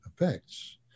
effects